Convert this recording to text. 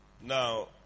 Now